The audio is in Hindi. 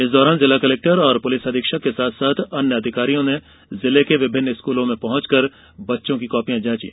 इस दौरान जिला कलेक्टर और पुलिस अधीक्षक के साथ साथ अन्य अधिकारियों ने जिले के विभिन्न स्कूलों में पहंचकर बच्चों की कॉपियां जांची